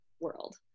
world